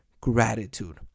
gratitude